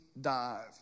dive